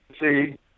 see